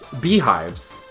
beehives